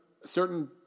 certain